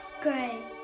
gray